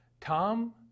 Tom